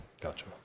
Gotcha